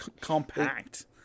compact